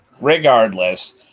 Regardless